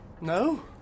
No